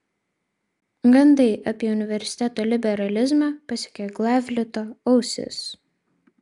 gandai apie universiteto liberalizmą pasiekė glavlito ausis